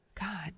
God